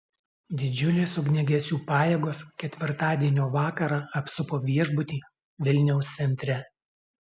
didžiulės ugniagesių pajėgos ketvirtadienio vakarą apsupo viešbutį vilniaus centre